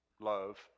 love